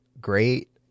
great